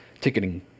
ticketing